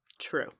True